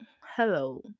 hello